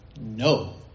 no